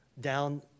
down